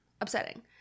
Upsetting